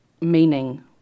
Meaning